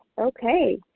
Okay